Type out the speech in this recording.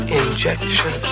injection